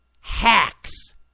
hacks